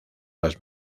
los